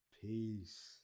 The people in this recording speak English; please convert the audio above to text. Peace